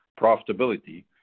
profitability